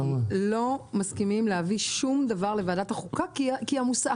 לא מסכימים להביא שום דבר לוועדת החוקה כי היא עמוסה.